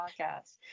podcast